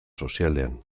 sozialean